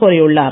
கோரியுள்ளார்